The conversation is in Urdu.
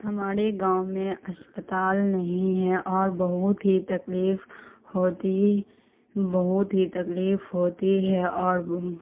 ہمارے گاؤں میں اسپتال نہیں ہے اور بہت ہی تکلیف ہوتی بہت ہی تکلیف ہوتی ہے اور